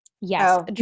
yes